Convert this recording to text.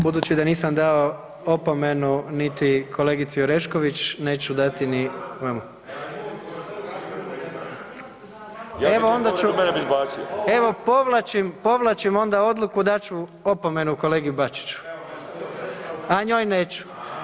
Budući da nisam dao opomenu niti kolegici Orešković, neću dati niti vama. … [[Upadica iz klupe se ne razumije]] Evo onda ću, evo povlačim, povlačim onda odluku, dat ću opomenu kolegi Bačiću, a njoj neću.